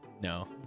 No